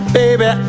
baby